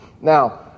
Now